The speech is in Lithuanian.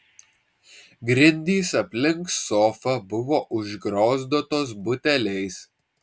grindys aplink sofą buvo užgriozdotos buteliais